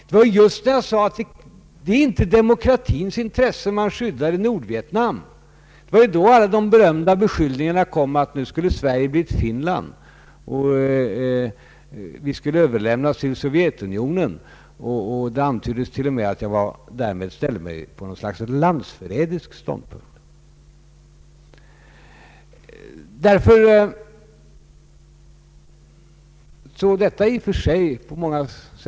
Det var ju just när jag sade, att det inte är i demokratins intresse man skyddar regimen i Sydvietnam, som alla de berömda beskyllningarna kom om att Sverige skulle bli ett Finland och att vi skulle överlämnas till Sovjetunionen. Det antyddes t.o.m. att jag därmed ställde mig på något slags landsförrädisk ståndpunkt.